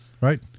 Right